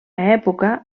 època